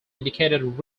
indicated